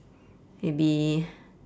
maybe